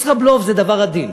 ישראבלוף זה דבר עדין.